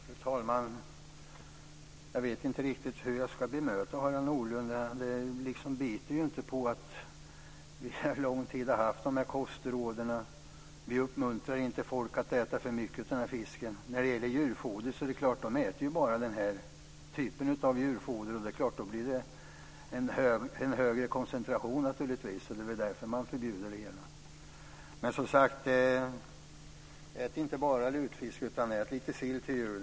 Fru talman! Jag vet inte riktigt hur jag ska bemöta Harald Nordlund. Det biter inte med att vi under lång tid har haft dessa kostråd. Vi uppmuntrar inte människor att äta för mycket av fisken. Djur äter bara den här typen av djurfoder. Det är klart att det då blir en högre koncentration. Det är därför man förbjuder det. Ät inte bara lutfisk, utan ät lite sill till jul.